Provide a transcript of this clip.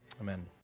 Amen